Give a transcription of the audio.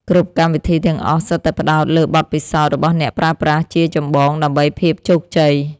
គ្រប់កម្មវិធីទាំងអស់សុទ្ធតែផ្ដោតលើបទពិសោធន៍របស់អ្នកប្រើប្រាស់ជាចម្បងដើម្បីភាពជោគជ័យ។